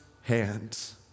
hands